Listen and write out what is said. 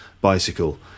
bicycle